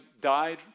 died